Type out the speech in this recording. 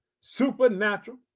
supernatural